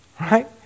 Right